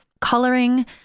coloring